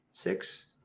Six